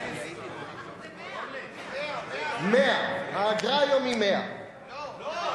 זה 100. 100. האגרה היום היא 100. לא,